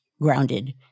grounded